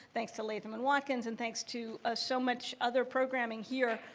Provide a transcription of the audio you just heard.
thanks to latham and watkins, and thanks to ah so much other programming here,